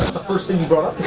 the first thing he brought